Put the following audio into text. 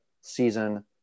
season